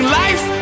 life